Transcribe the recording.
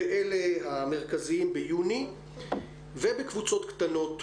ואלה המרכזיות ביוני, ובקבוצות קטנות.